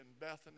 Bethany